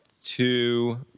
two